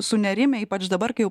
sunerimę ypač dabar kai jau